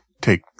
take